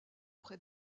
près